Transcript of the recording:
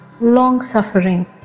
Long-suffering